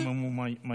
גם אם הוא מהימין?